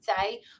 say